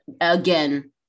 again